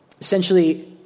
essentially